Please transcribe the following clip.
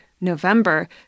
November